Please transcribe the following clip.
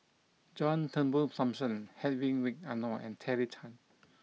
John Turnbull Thomson Hedwig Anuar and Terry Tan